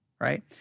right